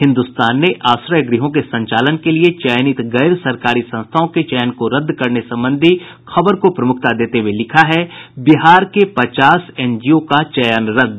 हिन्दुस्तान ने आश्रय गृहों के संचालन के लिए चयनित गैर सरकारी संस्थाओं के चयन को रद्द करने संबंधी खबर को प्रमुखता देते हुए लिखा है बिहार के पचास एनजीओ का चयन रद्द